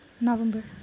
november